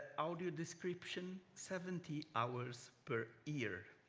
audio description, seventy hours per year.